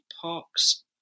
parks